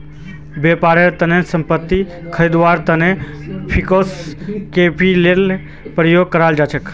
व्यापारेर तने संपत्ति खरीदवार तने फिक्स्ड कैपितलेर प्रयोग कर छेक